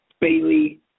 Bailey